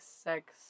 sex